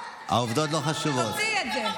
טלי.